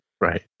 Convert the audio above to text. Right